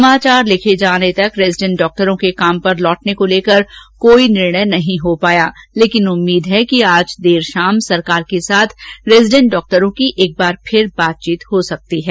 समाचार लिखे जाने तक रेजीडेंट डॉक्टरों के काम पर लौटने को लेकर कोई निर्णय नहीं हो पाया है लेकिन उम्मीद है कि आज देर शाम सरकार के साथ रेजीडेंट डॉक्टरों की एक बार फिर बातचीत हो सकती है